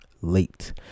late